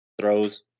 throws